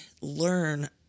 learn